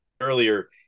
earlier